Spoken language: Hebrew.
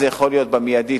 זה יכול להיות במיידי,